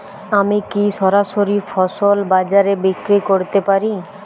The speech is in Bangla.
আমি কি সরাসরি ফসল বাজারে বিক্রি করতে পারি?